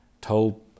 Told